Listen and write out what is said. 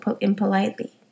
impolitely